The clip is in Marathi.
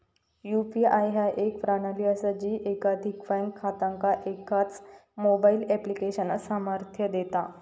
यू.पी.आय ह्या एक प्रणाली असा जी एकाधिक बँक खात्यांका एकाच मोबाईल ऍप्लिकेशनात सामर्थ्य देता